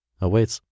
awaits